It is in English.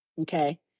Okay